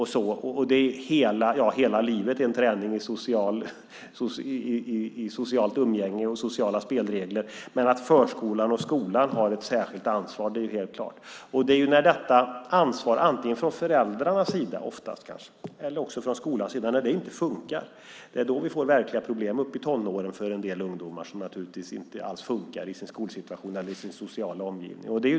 Hela livet är en träning i socialt umgänge och sociala spelregler. Men det är helt klart att förskolan och skolan har ett särskilt ansvar. När detta ansvar, oftast kanske från föräldrarnas sida eller också från skolans sida, inte fungerar, får vi verkliga problem för en del ungdomar i tonåren. Det är ungdomar som inte alls fungerar i sin skolsituation eller sin sociala omgivning.